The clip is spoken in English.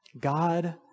God